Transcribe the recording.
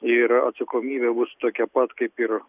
ir atsakomybė bus tokia pat kaip ir